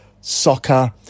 soccer